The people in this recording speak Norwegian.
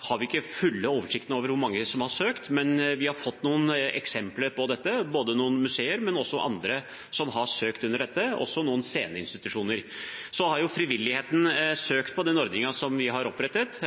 har ikke den fulle oversikten over hvor mange som har søkt, men jeg har noen eksempler. Både noen museer og andre, også noen sceneinstitusjoner, har søkt under dette. Frivilligheten har søkt på ordningen vi har opprettet,